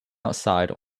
outside